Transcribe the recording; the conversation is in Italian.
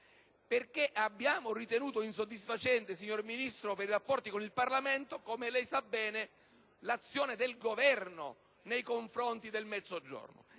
perché abbiamo ritenuto insoddisfacente, signor Ministro per i rapporti con il Parlamento, come lei sa bene, l'azione del Governo nei confronti del Mezzogiorno.